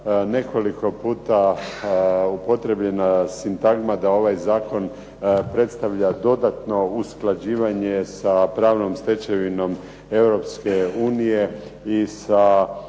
nekoliko puta upotrijebljena sintagma da ovaj zakon predstavlja dodatno usklađivanje sa pravnom stečevinom Europske unije i da